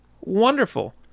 Wonderful